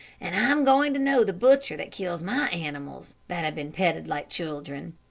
and i'm going to know the butcher that kills my animals, that have been petted like children.